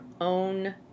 own